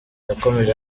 yakomeje